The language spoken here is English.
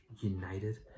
united